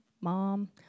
mom